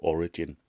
Origin